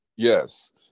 Yes